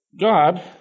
God